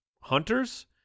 hunters